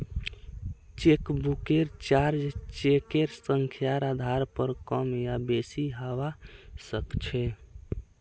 चेकबुकेर चार्ज चेकेर संख्यार आधार पर कम या बेसि हवा सक्छे